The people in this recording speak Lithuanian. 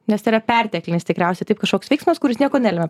nes yra perteklinis tikriausiai taip kažkoks veiksmas kuris nieko nelemia